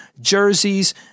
jerseys